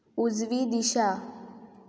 उजवी दिशा